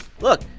Look